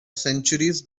centuries